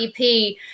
EP